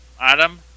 adam